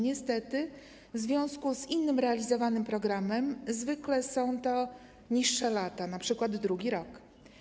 Niestety w związku z innym realizowanym programem zwykle są to niższe lata, np. drugi rok.